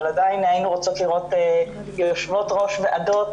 אבל עדיין היינו רוצות לראות יושבות ראש ועדות,